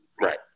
Right